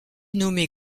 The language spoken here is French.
nommé